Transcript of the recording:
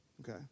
Okay